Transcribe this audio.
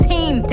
Team